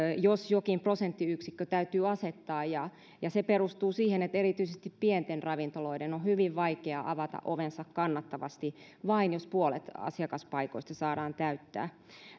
jos jokin prosenttiyksikkö täytyy asettaa ja ja se perustuu siihen että erityisesti pienten ravintoloiden on hyvin vaikea avata ovensa kannattavasti jos vain puolet asiakaspaikoista saadaan täyttää